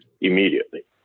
immediately